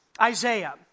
Isaiah